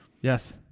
Yes